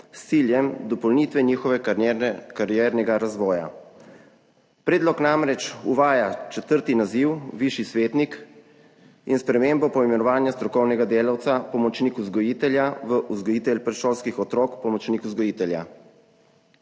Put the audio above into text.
s ciljem dopolnitve njihovega kariernega razvoja. Predlog namreč uvaja četrti naziv višji svetnik in spremembo poimenovanja strokovnega delavca pomočnik vzgojitelja v vzgojitelj predšolskih otrok, pomočnik vzgojitelja.